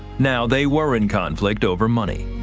now they were in conflict over money.